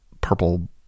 purple